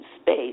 space